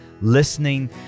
listening